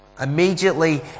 Immediately